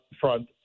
front